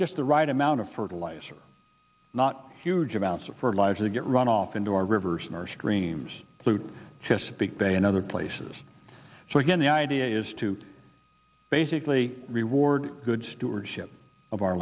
just the right amount of fertilizer not huge amounts of fertilizer get runoff into our rivers in our streams klute chesapeake bay and other places so again the idea is to basically reward good stewardship of our